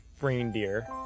Reindeer